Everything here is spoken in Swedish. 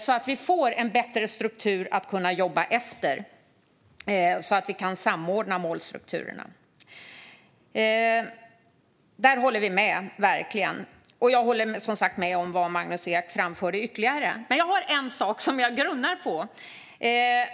Då kan vi få en bättre struktur att jobba efter så att vi kan samordna målstrukturerna. Det håller vi verkligen med om, och jag håller som sagt var med om vad Magnus Ek framförde ytterligare. En sak grunnar jag ändå på.